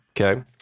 Okay